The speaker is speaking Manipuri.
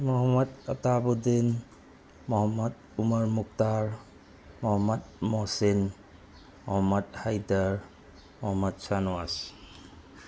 ꯃꯣꯍꯃꯠ ꯑꯇꯥꯞꯎꯗꯤꯟ ꯃꯣꯍꯃꯠ ꯎꯃꯔ ꯃꯨꯛꯇꯥꯔ ꯃꯣꯍꯃꯠ ꯃꯣꯁꯤꯟ ꯃꯣꯍꯃꯠ ꯍꯥꯏꯗꯥꯔ ꯃꯣꯍꯃꯠ ꯁꯟꯋꯥꯖ